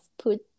put